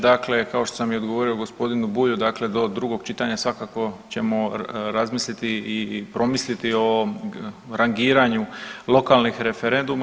Dakle, kao što sam i odgovorio g. Bulju, dakle do drugog čitanja svakako ćemo razmisliti i promisliti o rangiranju lokalnih referenduma.